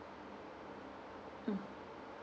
mm